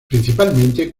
principalmente